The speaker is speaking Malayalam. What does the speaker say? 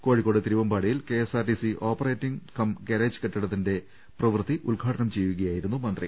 കോഴിക്കോട് തിരുവമ്പാടിയിൽ K S R T C operating cum garage കെട്ടിടത്തിന്റെ പ്രവൃത്തി ഉദ്ഘാടനം ചെയ്യുകയായിരുന്നു മന്ത്രി